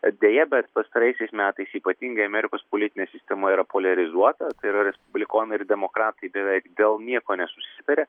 deja bet pastaraisiais metais ypatingai amerikos politinė sistema yra poliarizuota tai yra respublikonai ir demokratai beveik dėl nieko nesusitarė